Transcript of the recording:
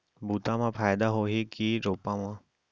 बुता म फायदा होही की रोपा म?